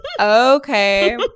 Okay